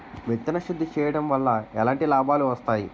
విత్తన శుద్ధి చేయడం వల్ల ఎలాంటి లాభాలు వస్తాయి?